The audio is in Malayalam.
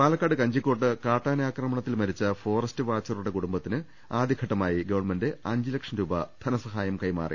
പാലക്കാട് കഞ്ചിക്കോട്ട് കാട്ടാന് ആക്രമണത്തിൽ മരിച്ച ഫോറസ്റ്റ് വാച്ചറുടെ കുടുംബത്തിന് ആദ്യഘട്ടമായി ഗവൺമെന്റ് അഞ്ച് ലക്ഷം രൂപ ധനസഹായം കൈമാറി